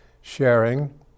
Sharing